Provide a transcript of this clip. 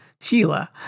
Sheila